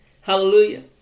Hallelujah